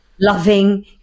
loving